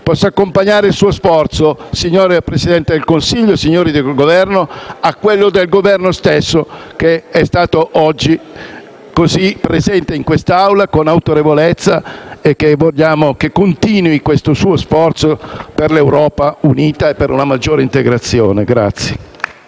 possa accompagnare il suo sforzo, signor Presidente del Consiglio, e quello del Governo, che è stato oggi così presente in quest'Aula, con autorevolezza, e che vogliamo continui in questo suo sforzo per l'Europa unita e per una maggiore integrazione.